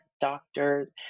doctors